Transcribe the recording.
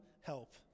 help